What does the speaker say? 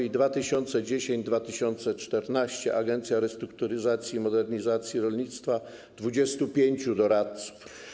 Lata 2010-2014, Agencja Restrukturyzacji i Modernizacji Rolnictwa, 25 doradców.